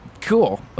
Cool